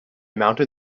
mounted